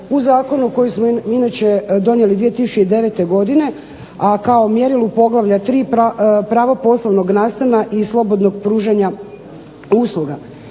u zakonu koji smo mi inače donijeli 2009. godine a kao mjerilo poglavlja 3. Pravo poslovnog nastana i slobodnog pružanja usluga.